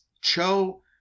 Cho